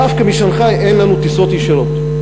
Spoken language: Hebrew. דווקא משנגחאי אין לנו טיסות ישירות,